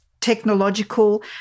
Technological